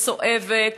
מסואבת,